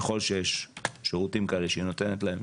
ככל שיש שירותים כאלה שהיא נותנת להם,